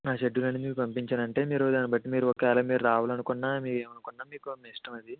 schedule అనేది మీకు పంపించానంటే మీరు దానిబట్టి మీరు ఒకవేళ రావాలనుకున్నా మీరు ఏమనుకున్నా మీకు మీ ఇష్టం అండి